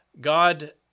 God